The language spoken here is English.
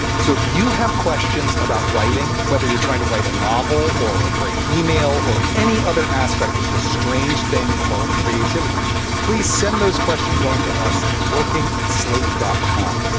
so if you have questions about writing, whether you're trying to write a novel or a great email or any other aspect of this strange thing called creativity please send those questions onto us at working at slate dot com.